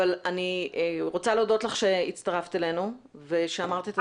אבל אני רוצה להודות לך שהצטרפת אלינו ושאמרת את הדברים.